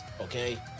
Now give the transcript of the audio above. okay